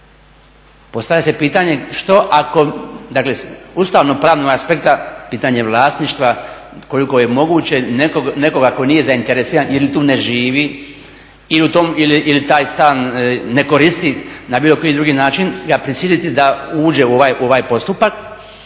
Postavlja se pitanje što ako dakle s ustavno pravnog aspekta pitanje vlasništva koliko je moguće nekoga tko nije zainteresiran ili tu ne živi ili taj stan ne koristi na bilo koji drugi način ga prisiliti da uđe u ovaj postupak